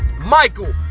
Michael